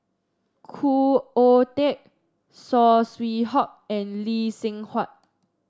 Khoo Oon Teik Saw Swee Hock and Lee Seng Huat